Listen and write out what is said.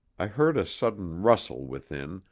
i heard a sudden rustle within,